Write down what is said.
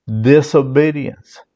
disobedience